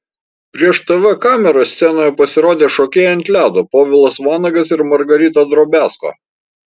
prieš tv kameras scenoje pasirodė šokėjai ant ledo povilas vanagas ir margarita drobiazko